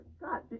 god